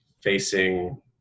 facing